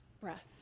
breath